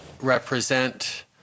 represent